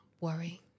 worry